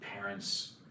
parents